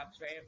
right